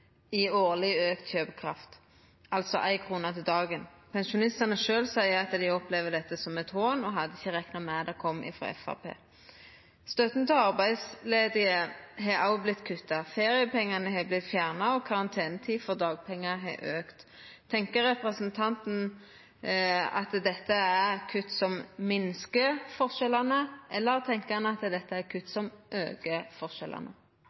i årleg auka kjøpekraft – altså ei krone dagen. Pensjonistane sjølve seier at dei opplever dette som ein hån, og at dei ikkje hadde rekna med at det kom frå Framstegspartiet. Støtta til arbeidslause har òg vorte kutta, feriepengane har vorte fjerna, og karantenetida for dagpengar har auka. Tenkjer representanten Bjørnstad at dette er kutt som minkar forskjellane, eller tenkjer han at dette er kutt som aukar forskjellane?